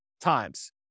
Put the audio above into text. times